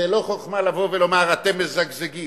זו לא חוכמה לבוא ולומר: אתם מזגזגים.